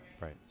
Right